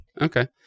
Okay